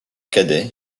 cadet